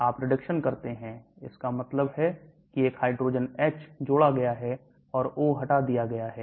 आप reduction करते हैं इसका मतलब है कि एक हाइड्रोजन H जोड़ा गया है और O हटा दिया गया है